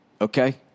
Okay